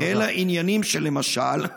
אלא למשל עניינים של נזקים.